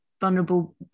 vulnerable